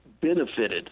benefited